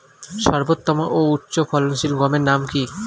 সর্বোত্তম ও উচ্চ ফলনশীল গমের নাম কি?